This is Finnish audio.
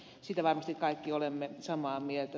siitä varmasti kaikki olemme samaa mieltä